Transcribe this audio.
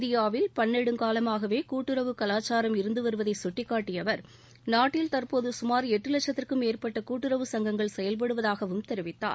இந்தியாவில் பன்நெடுங்காலமாகவே கூட்டுறவு கலாச்சாரம் இருந்து வருவதை கட்டிக்காட்டிய அவர் நாட்டில் தற்போது சுமார் எட்டு லட்சத்திற்கும் மேற்பட்ட கூட்டுறவு சங்கங்கள் செயல்படுவதாகவும் தெரிவித்தார்